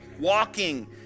Walking